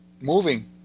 moving